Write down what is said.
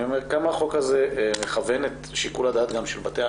כמה החוק הזה מכוון את שיקול הדעת של בתי המשפט?